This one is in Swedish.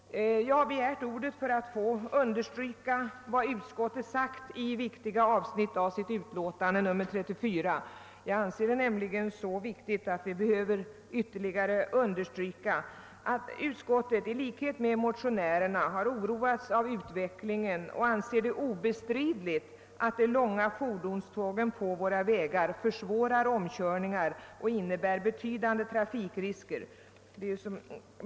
Jag har begärt ordet för att få understryka vad utskottet har framhållit i viktiga avsnitt av sitt utlåtande. I likhet med motionärerna har utskottet oroats av utvecklingen och anser det »obestridligt att de långa fordonstågen på våra vägar försvårar omkörningar och innebär betydande trafikrisker».